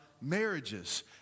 marriages